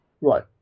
Right